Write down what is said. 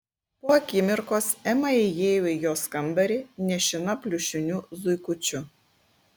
po akimirkos ema įėjo į jos kambarį nešina pliušiniu zuikučiu